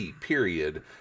period